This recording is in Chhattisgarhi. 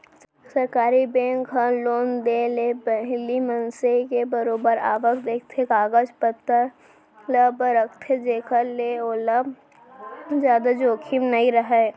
सरकारी बेंक ह लोन देय ले पहिली मनसे के बरोबर आवक देखथे, कागज पतर ल परखथे जेखर ले ओला जादा जोखिम नइ राहय